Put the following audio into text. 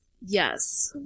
Yes